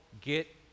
get